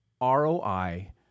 ROI